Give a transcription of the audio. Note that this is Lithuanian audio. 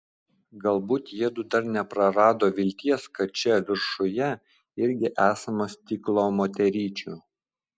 galbūt jiedu dar neprarado vilties kad čia viršuje irgi esama stiklo moteryčių